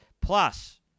Plus